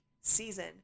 season